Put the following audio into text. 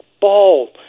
ball